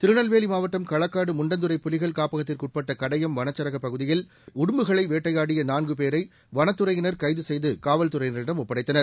திருநெல்வேலி மாவட்டம் களக்காடு முண்டந்துறை புலிகள் காப்பகத்திற்குட்பட்ட கடையம் வனச்சரகப் பகுதியில் உடும்புகளை வேட்டையாடிய நான்கு பேரை வனத்துறையினா் கைது காவல் துறையினாடம் ஒப்படைத்தனர்